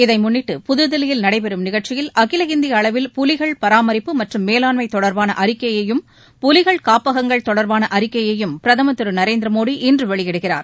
இதைமுன்னிட்டு புதுதில்லியில் நடைபெறும் நிகழ்ச்சியில் அகில இந்திய அளவில் புலிகள் பராமரிப்பு மற்றும் மேலாண்மை தொடர்பான அறிக்கையையும் புலிகள் காப்பகங்கள் தொடர்பான அறிக்கையயும் பிரதமர் திரு நரேந்திர மோடி இன்று வெளியிடுகிறார்